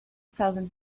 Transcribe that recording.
thousand